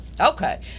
okay